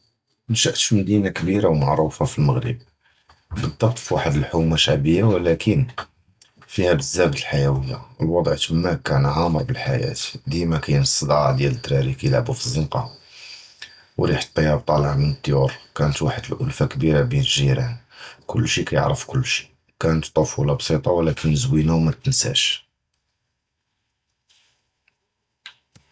נְשַעְתּ פִי מָדִינָה קְבִּירָה וּמְעוּרְפָה פִי אֶל-מַגְרִיב, בִּלְדַבְּדּוּק פִי חוּמָה שְׁעַבִּילִיָּה וְלָאכִין פִיהָ בְּזַבַּא דִיָּאל אֶל-חַיּוּיָה, וְאֶל-וְדַע עָמָּאק כַּן עָאַמְר בְּאֶל-חַיָּاة. דִימָא כַיֵּין אֶל-צַדָּעַא דִיָּאל אֶל-דֻּרָארִי כַּיַּלְעָבוּ פִי אֶל-זַּנְקָּה, וְרִיחַא דִיָּאל אֶל-טִּיַאבּ טָּאלְע מִן אֶל-דִּיוּר. כַּנָּת וְחַדּ אֶל-אָלְפָה קְבִּירָה בֵּין אֶל-גִּ'ירָאן, כֻּלְּשִי כַּיַּעְרַף כֻּלְּשִי, כַּנָּת טִּפְוּלָה בְּסַאטָה וְלָאכִין זְווִינָה וְמַתְתִּנְּסָאש.